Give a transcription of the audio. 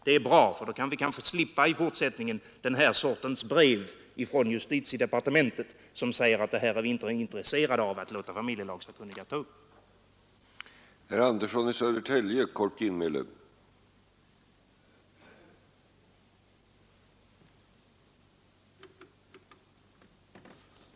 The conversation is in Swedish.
Det är bra, då kan vi kanske i fortsättningen slippa den sortens brev från justitiedepartementet som säger att man inte är intresserad av att låta familjelagssakkunniga ta upp dessa frågor.